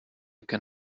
can